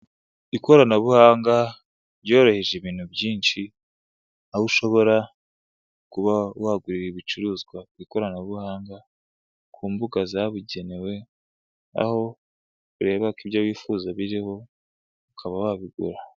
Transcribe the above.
Ikoranabuhanga ryoroheje ibinti byinshi, aho ushobora kuba wagurira ibicuruzwa ku ikoranabuhanga, ku mbuga zabugenewe, aho ureba ko ibyo wifuza biriho, ukaba wabigura.